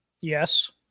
Yes